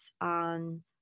on